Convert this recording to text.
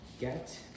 get